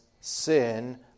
sin